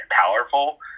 powerful